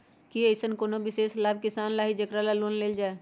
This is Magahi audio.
कि अईसन कोनो विशेष लाभ किसान ला हई जेकरा ला लोन लेल जाए?